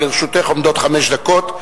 לרשותך עומדות חמש דקות,